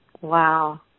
Wow